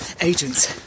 Agents